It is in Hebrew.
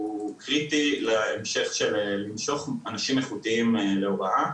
הוא קריטי להמשך של למשוך אנשים איכותיים להוראה.